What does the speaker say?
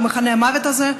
במחנה המוות הזה,